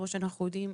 כמו שאנחנו יודעים,